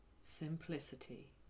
Simplicity